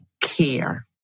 care